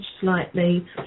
slightly